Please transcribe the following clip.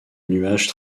nuages